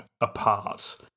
apart